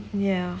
ya